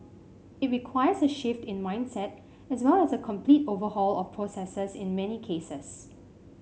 it requires a shift in mindset as well as a complete overhaul of processes in many cases